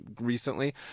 recently